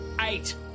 eight